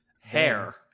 Hair